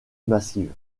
massive